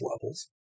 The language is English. levels